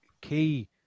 key